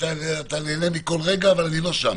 ואתה נהנה מכל רגע, אבל לא שם.